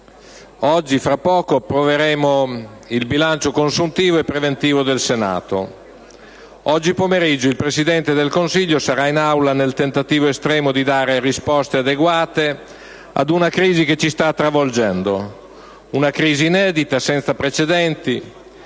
oggi approveremo il bilancio consuntivo e preventivo del Senato. Oggi pomeriggio il Presidente del Consiglio sarà in Aula nel tentativo estremo di dare risposte adeguate ad una crisi che ci sta travolgendo: una crisi inedita, senza precedenti,